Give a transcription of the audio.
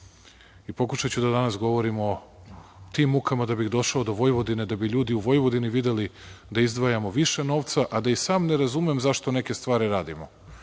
Pokušaću danas da govorim o tim mukama, da bih došao do Vojvodine, da bi ljudi u Vojvodini videli da izdvajamo više novca, a da i sam ne razumem zašto neke stvari radimo?